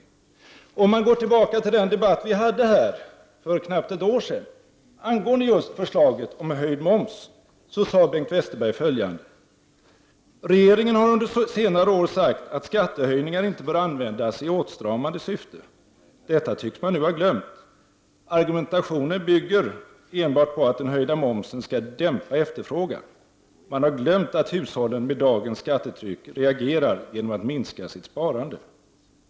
Går man tillbaka till den debatt som vi hade här i kammaren för knappt ett år sedan angående just förslaget om en höjning av momsen kan man konstatera att Bengt Westerberg sade ungefär följande: Regeringen har under senare år sagt att skattehöjningar inte bör användas i åtstramande syfte. Detta tycks man nu ha glömt. Argumentationen bygger enbart på att den höjda momsen skall dämpa efterfrågan. Man har glömt att hushållen med dagens skattetryck reagerar genom att minska sitt sparande.